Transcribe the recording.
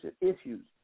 issues